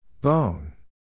Bone